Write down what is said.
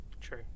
true